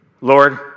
Lord